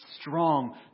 strong